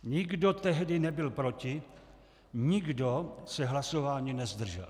Nikdo tehdy nebyl proti, nikdo se hlasování nezdržel.